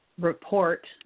report